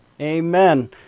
Amen